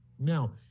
Now